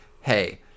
Hey